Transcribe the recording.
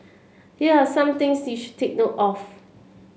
here are some things you should take note of